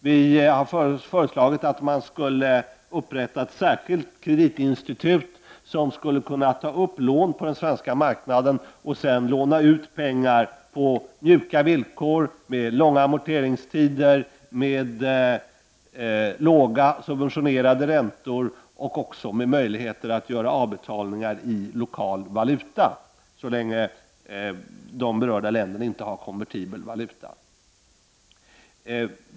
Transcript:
Vi har föreslagit att man skulle upprätta ett särskilt kreditinstitut som skulle kunna ta upp lån på den svenska marknaden och sedan låna ut pengar på mjuka villkor med långa amorteringstider, med låga, subventionerade räntor och även med möjligheter att göra avbetalningar i lokal valuta, så länge de berörda länderna inte har konvertibel valuta.